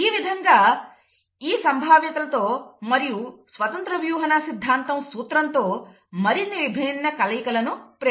ఈ విధంగా ఈ సంభావ్యత లతో మరియు స్వతంత్రం వ్యూహన సిద్దాంతం సూత్రంతో మరిన్ని విభిన్న కలయికలను ప్రయత్నించవచ్చు